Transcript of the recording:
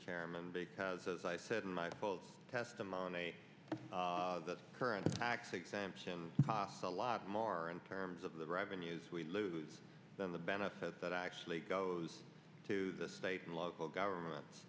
chairman because as i said in my default testimony the current tax exemption a lot more in terms of the revenues we lose than the benefit that actually goes to the state and local governments